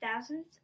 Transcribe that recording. thousands